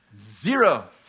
Zero